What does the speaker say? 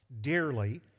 dearly